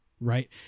right